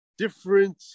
different